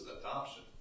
adoption